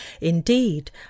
Indeed